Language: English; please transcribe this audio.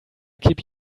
keep